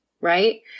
right